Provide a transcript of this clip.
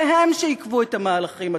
זה הם שעיכבו את המהלכים הצודקים,